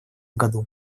году